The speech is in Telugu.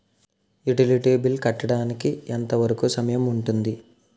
యుటిలిటీ బిల్లు కట్టడానికి ఎంత వరుకు సమయం ఉంటుంది?